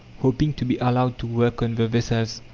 hoping to be allowed to work on the vessels.